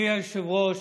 אדוני היושב-ראש,